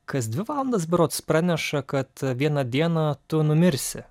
kas dvi valandas berods praneša kad vieną dieną tu numirsi